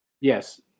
Yes